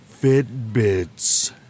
Fitbits